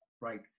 right